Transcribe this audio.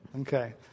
Okay